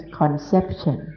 conception